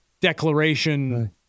declaration